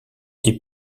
est